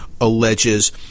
Alleges